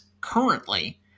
currently